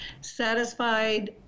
satisfied